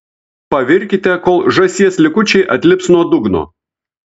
pavirkite kol žąsies likučiai atlips nuo dugno